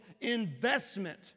investment